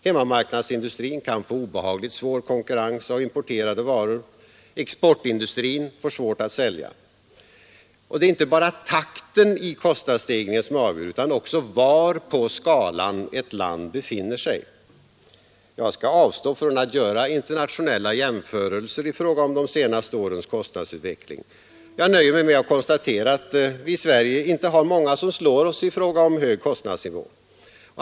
Hemmamarknadsindustrin kan få obehagligt svår konkurrens av importerade varor; exportindustrin får svårt att sälja. Det är inte bara takten i kostnadsstegringen som avgör utan också var på skalan ett land befinner sig. Jag skall avstå från att göra internationella jämförelser i fråga om de senaste årens kostnadsutveckling. Jag nöjer mig med att konstatera att vi i Sverige inte har många som slår oss i fråga om hög kostnadsnivå.